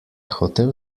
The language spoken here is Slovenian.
hotel